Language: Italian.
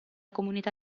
comunità